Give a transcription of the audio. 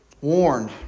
warned